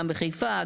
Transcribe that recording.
גם בחיפה,